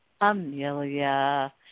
Amelia